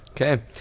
Okay